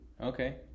Okay